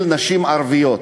נשים ערביות,